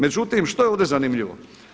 Međutim, što je ovdje zanimljivo?